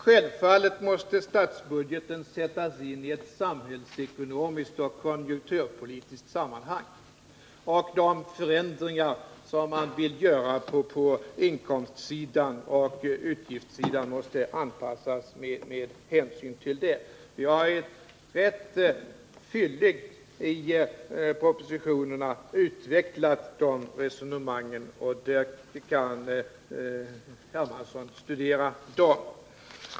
Självfallet måste statsbudgeten sättas in i ett samhällsekonomiskt och konjunkturpolitiskt sammanhang. De förändringar som man vill göra på inkomstsidan och utgiftssidan måste anpassas med hänsyn till detta. Jag har rätt fylligt i propositionerna utvecklat de resonemangen, och där kan herr Hermansson studera dem.